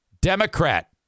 Democrat